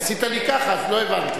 כי עשית לי ככה אז לא הבנתי.